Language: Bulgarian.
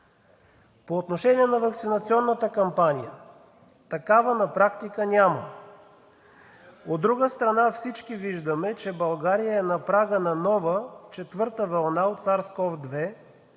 По отношение на ваксинационната кампания, такава на практика няма. От друга страна, всички виждаме, че България е на прага на нова – четвърта вълна, от SARS-CoV-2,